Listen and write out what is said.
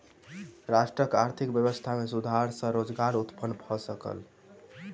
राष्ट्रक आर्थिक व्यवस्था में सुधार सॅ रोजगार उत्पन्न भ सकल